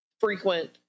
frequent